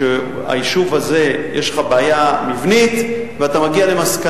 שעליהם יחול הסעיף המוצע.